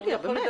יוליה, באמת.